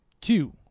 two